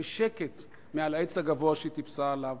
בשקט מעל העץ הגבוה שהיא טיפסה עליו.